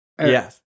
Yes